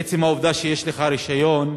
עצם העובדה שיש לך רשיון,